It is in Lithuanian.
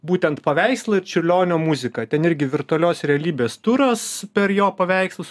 būtent paveikslui čiurlionio muzika ten irgi virtualios realybės turas per jo paveikslus